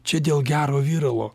čia dėl gero viralo